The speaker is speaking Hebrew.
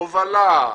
הובלה,